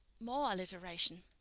more alliteration.